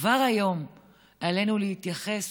כבר היום עלינו להתייחס